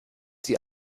die